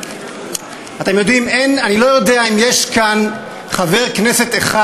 אני לא יודע אם יש כאן במליאה חבר כנסת אחד